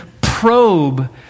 probe